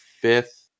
fifth